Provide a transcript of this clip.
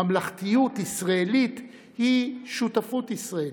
ממלכתיות ישראלית היא שותפות ישראלית.